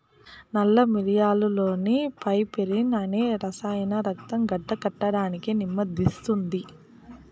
నల్ల మిరియాలులోని పైపెరిన్ అనే రసాయనం రక్తం గడ్డకట్టడాన్ని నెమ్మదిస్తుంది